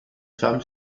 femme